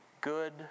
good